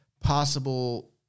possible